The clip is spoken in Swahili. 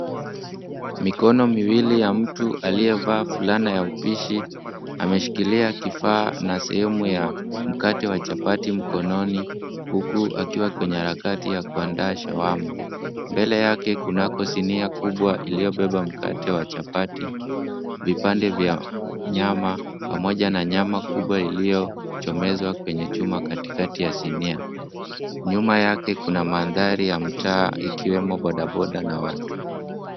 Mikono miwili ya mtu aliyevaa fulana ya upishi. Ameshikilia kifaa na sehemu ya mkate wa chapati mkononi, huku akiwa kwenye harakati ya kuandaa Shawarma. Mbele yake kunako sinia kubwa iliyobeba mkate wa chapati, vipande vya nyama, pamoja na nyama kubwa iliyochomezwa kwenye chuma katikati ya sinia. Nyuma yake kuna mandhari ya mtaa, ikiwemo bodaboda na watu.